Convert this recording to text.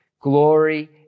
glory